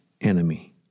enemy